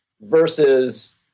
versus